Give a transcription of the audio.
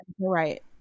right